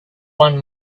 one